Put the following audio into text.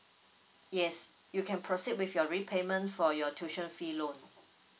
yes you can proceed with your repayment for your tuition fee loan